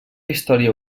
història